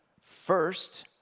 first